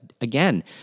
again